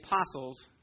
apostles